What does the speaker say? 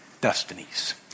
destinies